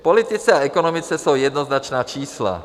V politice a ekonomice jsou jednoznačná čísla.